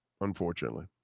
unfortunately